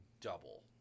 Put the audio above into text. double